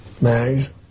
Mags